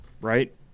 right